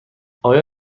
آیا